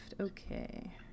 Okay